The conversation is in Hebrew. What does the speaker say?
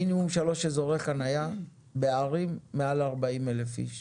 מינימום שלושה אזורי חניה בערים מעל 40 אלף אנשים.